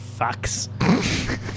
fucks